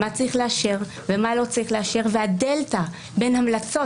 מה צריך לאשר ומה לא צריך לאשר והדלתא בין המלצות